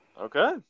Okay